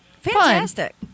Fantastic